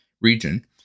region